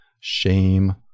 shame